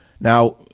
Now